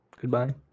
Goodbye